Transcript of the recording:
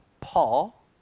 Paul